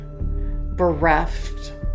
bereft